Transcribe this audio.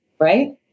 Right